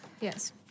Yes